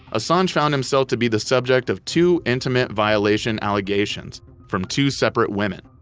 assange found himself to be the subject of two intimate violation allegations from two separate women.